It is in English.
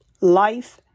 Life